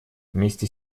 вместе